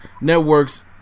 networks